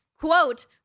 quote